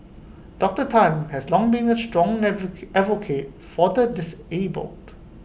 Doctor Tan has long been A strong advocate for the disabled